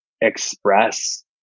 express